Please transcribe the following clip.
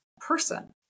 person